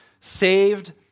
saved